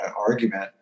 argument